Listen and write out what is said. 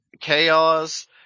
chaos